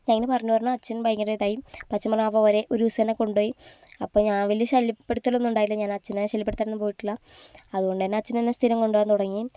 അങ്ങനെ പറഞ്ഞു പറഞ്ഞു അച്ഛൻ ഭയങ്കര ഇതായി അപ്പോൾ അച്ഛൻ പറഞ്ഞു ആ പോരെ ഒരുദിവസം എന്നെ കൊണ്ടു പോയി അപ്പോൾ ഞാൻ വലിയ ശല്യപ്പെടുത്തലൊന്നും ഉണ്ടായില്ല ഞാൻ അച്ഛനെ ശല്യപ്പെടുത്താനൊന്നും പോയിട്ടില്ല അതുകൊണ്ടു തന്നെ അച്ഛൻ എന്നെ സ്ഥിരം കൊണ്ടുപോകാൻ തുടങ്ങി